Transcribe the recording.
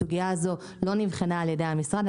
הסוגייה הזו לא נבחנה על ידי המשרד.